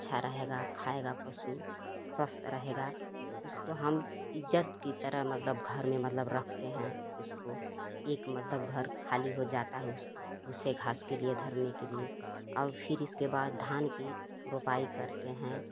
अच्छा रहेगा खाएगा पशु स्वस्थ रहेगा उसको हम इज्ज़त की तरह मतलब घर में मतलब रखते हैं उसको एक मतलब घर खाली हो जाता है उसे घास के लिए धरने के लिए और फिर इसके बाद धान की रोपाई करते हैं